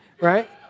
right